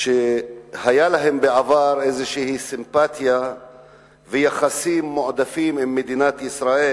שהיו להן בעבר איזו סימפתיה ויחסים מועדפים עם מדינת ישראל.